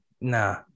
nah